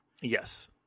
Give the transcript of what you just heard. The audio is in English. Yes